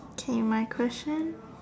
okay my question